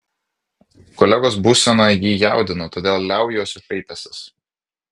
kolegos būsena jį jaudina todėl liaujuosi šaipęsis